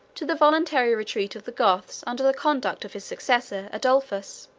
to the voluntary retreat of the goths under the conduct of his successor adolphus